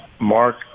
Mark